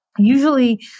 Usually